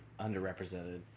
underrepresented